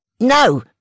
No